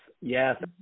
yes